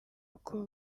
uko